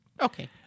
Okay